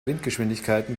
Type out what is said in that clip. windgeschwindigkeiten